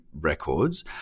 records